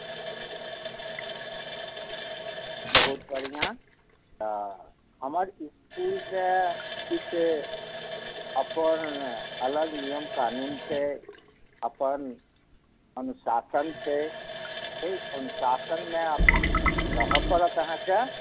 बहुत बढ़िआँ तऽ हमर इस्कुलके किछु अपन अलग नियम कानून छै अपन अनुशासन छै ओहि अनुशासनमे रहऽ पड़त अहाँकेँ